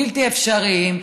בלתי אפשריים,